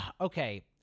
okay